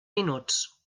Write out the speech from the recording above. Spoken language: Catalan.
minuts